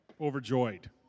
overjoyed